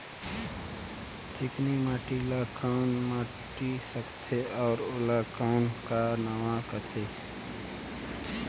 चिकनी माटी ला कौन माटी सकथे अउ ओला कौन का नाव काथे?